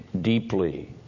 deeply